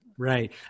Right